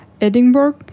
Edinburgh